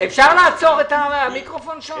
אפשר לעצור את המיקרופון שם?